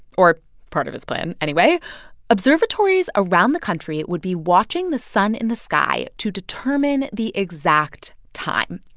or part of his plan, anyway observatories around the country would be watching the sun in the sky to determine the exact time.